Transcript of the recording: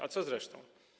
A co z resztą?